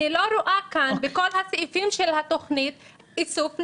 אני לא רואה כאן בשום סעיף איסוף נשק.